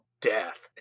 death